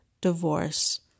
divorce